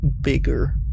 bigger